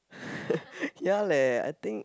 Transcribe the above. ya leh I think